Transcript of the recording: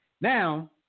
Now